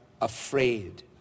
afraid